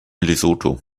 lesotho